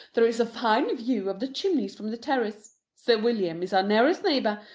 there is a fine view of the chimneys from the terrace. sir william is our nearest neighbour.